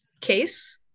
case